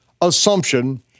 assumption